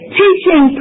teaching